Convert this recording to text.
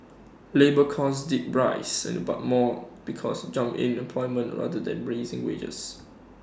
labour costs did rise but more because of the jump in employment rather than rising wages